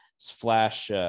Flash